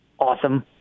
awesome